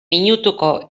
minutuko